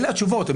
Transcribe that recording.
אלה התשובות.